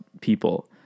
people